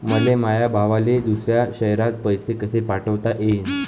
मले माया भावाले दुसऱ्या शयरात पैसे कसे पाठवता येईन?